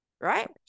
right